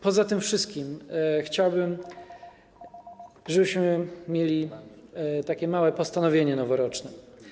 Poza tym wszystkim chciałbym, żebyśmy mieli takie małe postanowienie noworoczne.